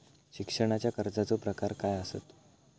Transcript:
शिक्षणाच्या कर्जाचो प्रकार काय आसत?